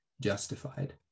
justified